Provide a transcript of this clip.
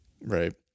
Right